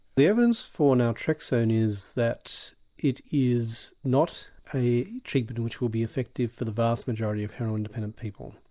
the evidence for naltraxone is that it is not a treatment which will be effective for the vast majority of heroin dependent people.